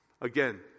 again